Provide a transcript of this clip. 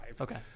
Okay